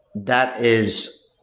that is